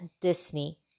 Disney